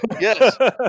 Yes